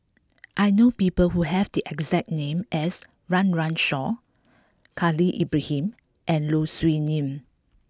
I know people who have the exact name as Run Run Shaw Khalil Ibrahim and Low Siew Nghee